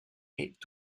est